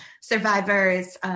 survivors